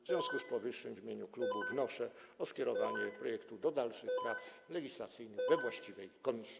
W związku z powyższym w imieniu klubu wnoszę o skierowanie projektu do dalszych prac legislacyjnych we właściwej komisji.